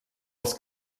els